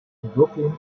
brooklyn